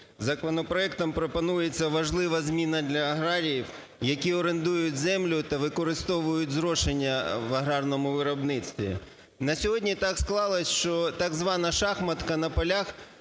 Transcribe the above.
Законопроектом пропонується важлива зміна для аграріїв, які орендують землю та використовують зрошення в аграрному виробництві. На сьогодні так склалося, що так звана шахматка на полях